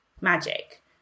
magic